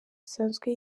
asanzwe